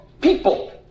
people